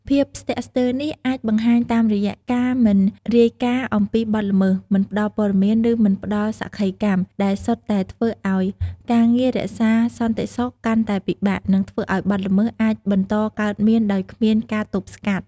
ភាពស្ទាក់ស្ទើរនេះអាចបង្ហាញតាមរយៈការមិនរាយការណ៍អំពីបទល្មើស មិនផ្តល់ព័ត៌មាន ឬមិនផ្តល់សក្ខីកម្ម ដែលសុទ្ធតែធ្វើឲ្យ ការងាររក្សាសន្តិសុខកាន់តែពិបាក និងធ្វើឲ្យបទល្មើសអាចបន្តកើតមានដោយគ្មានការទប់ស្កាត់។